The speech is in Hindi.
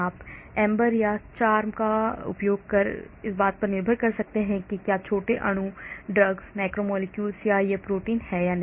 आप AMBER या CHARMM का उपयोग इस बात पर निर्भर कर सकते हैं कि क्या छोटे अणु ड्रग्स मैक्रोमोलेक्युलस या यह प्रोटीन है या नहीं